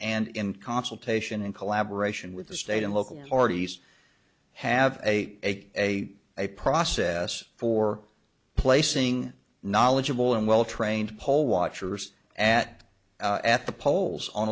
and in consultation in collaboration with the state and local authorities have a a a process for placing knowledgeable and well trained poll watchers at at the polls on